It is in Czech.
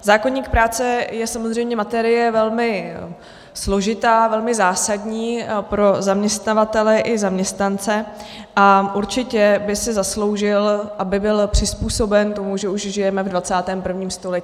Zákoník práce je samozřejmě materie velmi složitá, velmi zásadní pro zaměstnavatele i zaměstnance a určitě by si zasloužil, aby byl přizpůsoben tomu, že už žijeme v 21. století.